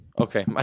Okay